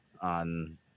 on